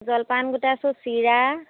জলপান গোটাইছোঁ চিৰা